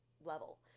level